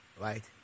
Right